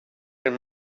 and